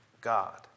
God